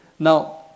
Now